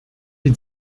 des